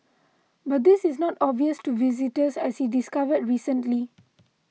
but this is not obvious to visitors as he discovered recently